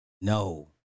no